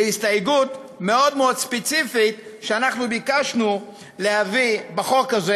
להסתייגות ספציפית מאוד מאוד שאנחנו ביקשנו להביא בחוק הזה,